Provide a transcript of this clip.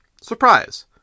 Surprise